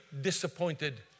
disappointed